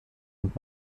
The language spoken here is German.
und